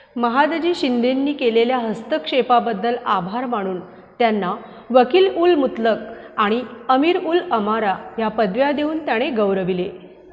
महादजी शिंदेंनी केलेल्या हस्तक्षेपाबद्दल आभार मानून त्यांना वकील उल मुतलक आणि अमीर उल अमारा ह्या पदव्या देऊन त्याने गौरवले